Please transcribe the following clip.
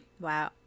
Wow